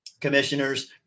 commissioners